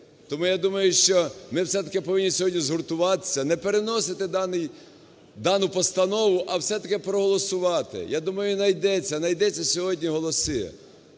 Тому, я думаю, що ми все-таки повинні сьогодні згуртуватися, не переносити дану постанову, а все-таки проголосувати. Я думаю, найдеться, найдуться сьогодні голоси,